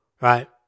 right